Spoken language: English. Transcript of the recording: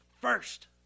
first